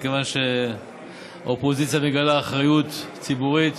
מכיוון שהאופוזיציה מגלה אחריות ציבורית